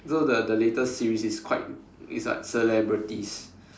so the the latest series is quite is like celebrities